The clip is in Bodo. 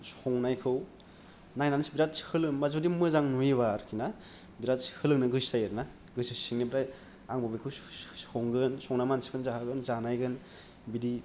संनायखौ नायनानै बिराट सोलोङो जुदि मोजां नुयोबा आरोखि ना बिराद सोलोंनो गोसो जायो आरोना गोसो सिंनिफ्राय आंबो बेखौ सं संगोन संनानै मानसिफोरनो जाहोगोन जानायगोन बिदि